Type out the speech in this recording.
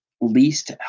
least